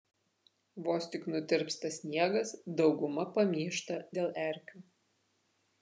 vos tik nutirpsta sniegas dauguma pamyšta dėl erkių